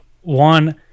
One